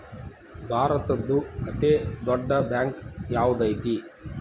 ಭಾರತದ್ದು ಅತೇ ದೊಡ್ಡ್ ಬ್ಯಾಂಕ್ ಯಾವ್ದದೈತಿ?